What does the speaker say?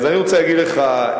אני רוצה להגיד לך,